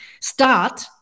start